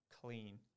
clean